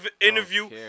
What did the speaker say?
interview